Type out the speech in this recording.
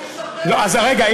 רגע.